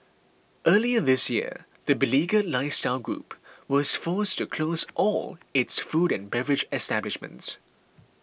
earlier this year the beleaguered lifestyle group was forced to close all its food and beverage establishments